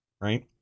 right